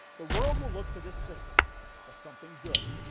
the world will look to this system as something good.